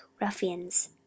ruffians